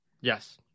Yes